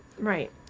Right